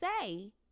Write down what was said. say